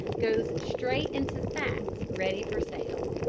goes straight into sacks ready for sale.